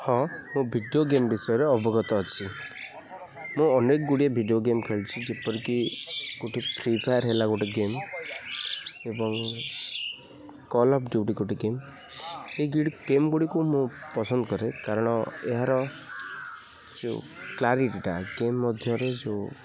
ହଁ ମୁଁ video game ବିଷୟରେ ଅବଗତ ଅଛି ମୁଁ ଅନେକ ଗୁଡ଼ିଏ ଭିଡ଼ିଓ ଗେମ୍ ଖେଳୁଛି ଯେପରିକି ଗୋଟେ ଫ୍ରି ଫାୟାର୍ ହେଲା ଗୋଟେ ଗେମ୍ ଏବଂ କଲ ଅଫ୍ ଡିଉଟି ଗୋଟେ ଗେମ୍ ଏ ଦୁଇଟି ଗେମ୍ ଗୁଡ଼ିକୁ ମୁଁ ପସନ୍ଦ କରେ କାରଣ ଏହାର ଯେଉଁ କ୍ଲାରିଟିଟା ଗେମ୍ ମଧ୍ୟରେ ଯେଉଁ